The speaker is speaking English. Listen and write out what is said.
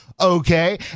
okay